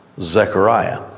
Zechariah